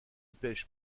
pêche